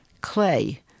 clay